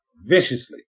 viciously